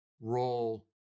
role